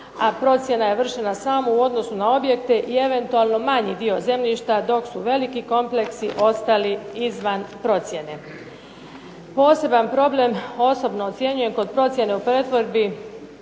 a procjena je vršena samo u odnosu na objekte i eventualno manji dio zemljišta dok su veliki kompleksi ostali izvan procjene. Poseban problem osobno ocjenjujem kod procjene u pretvorbi